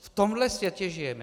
V tomhle světě žijeme.